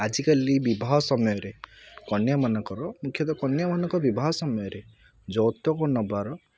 ଆଜିକାଲି ବିବାହ ସମୟରେ କନ୍ୟାମାନଙ୍କର ମୁଖ୍ୟତଃ କନ୍ୟାମାନଙ୍କ ବିବାହ ସମୟରେ ଯୌତୁକ ନେବାର